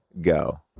go